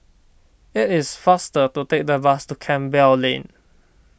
it is faster to take the bus to Campbell Lane